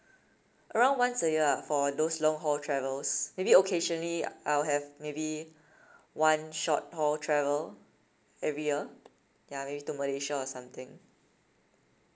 around once a year ah for those long haul travels maybe occasionally I'll have maybe one short haul travel every year ya maybe to malaysia or something